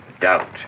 doubt